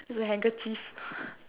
it's a handkerchief